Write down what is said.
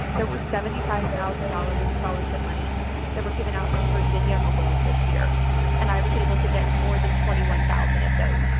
there were seventy five thousand dollars of scholarship money that were given out in virginia alone this year wow and i was able to get more than twenty one thousand of those.